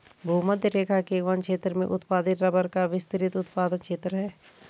भूमध्यरेखा के वन क्षेत्र में उत्पादित रबर का विस्तृत उत्पादन क्षेत्र है